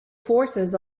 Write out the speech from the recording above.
forces